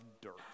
dirt